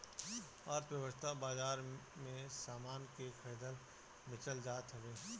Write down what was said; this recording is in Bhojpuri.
अर्थव्यवस्था बाजार में सामान के खरीदल बेचल जात हवे